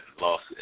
Lost